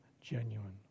genuine